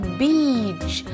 beach